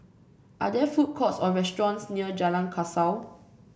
are there food courts or restaurants near Jalan Kasau